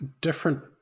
different